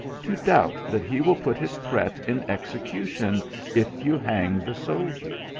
to doubt that he will put his threat in execution if you hang the soldier.